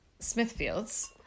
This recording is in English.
smithfields